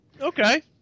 Okay